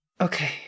Okay